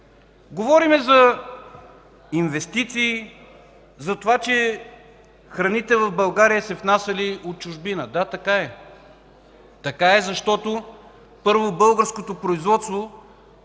Говорим за инвестиции, за това, че храните в България се внасяли от чужбина – да, така е. Така е, защото, първо, българското производство